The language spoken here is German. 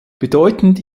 bedeutend